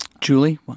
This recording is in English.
Julie